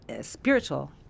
spiritual